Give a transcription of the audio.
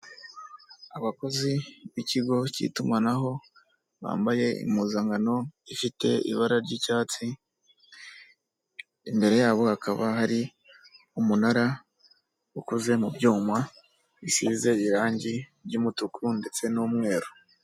Abakozi b'ikigo cy'itumanaho, bambaye impuzankano ifite ibara ry'icyatsi, imbere yabo hakaba hari umunara ukoze mu byuma bisize irangi ry'umutuku ndetse n'umweru.